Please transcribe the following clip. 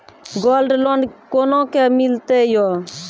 Gold loan कोना के मिलते यो?